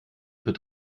für